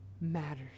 matters